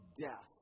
death